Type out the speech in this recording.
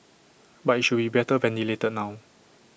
but IT should be better ventilated now